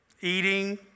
Eating